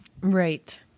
Right